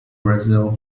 brazil